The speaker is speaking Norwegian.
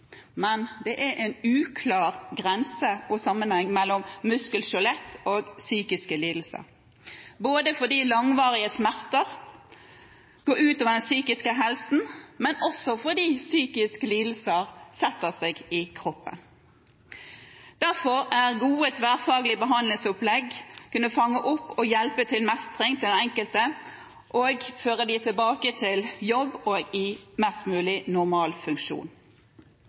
Det er en uklar grense og sammenheng mellom muskel/skjelett- og psykiske lidelser, både fordi langvarige smerter går ut over den psykiske helsen og fordi psykiske lidelser setter seg i kroppen. Derfor vil gode tverrfaglige behandlingsopplegg kunne fange opp og gi hjelp til mestring for den enkelte, slik at man kommer tilbake i jobb og til mest mulig normal funksjon.